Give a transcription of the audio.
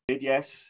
Yes